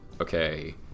okay